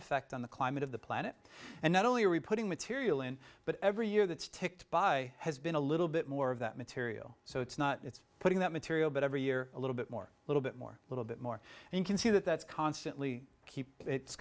effect on the climate of the planet and not only are we putting material in but every year that ticked by has been a little bit more of that material so it's not it's putting that material but every year a little bit more a little bit more a little bit more and you can see that that's constantly keep it's